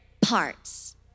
parts